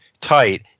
tight